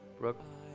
Brooke